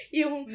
yung